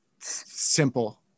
simple